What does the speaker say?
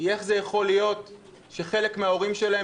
היא איך זה יכול להיות שחלק מההורים שלהם